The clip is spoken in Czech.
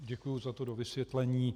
Děkuji za to dovysvětlení.